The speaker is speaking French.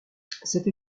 cette